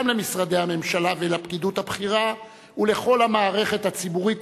וגם למשרדי הממשלה ולפקידות הבכירה ולכל המערכת הציבורית,